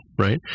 Right